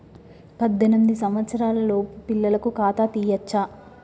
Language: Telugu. పద్దెనిమిది సంవత్సరాలలోపు పిల్లలకు ఖాతా తీయచ్చా?